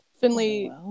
Finley